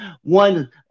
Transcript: one